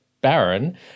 baron